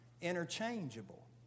interchangeable